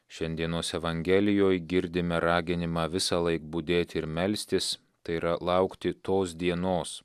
šiandienos evangelijoj girdime raginimą visąlaik budėti ir melstis tai yra laukti tos dienos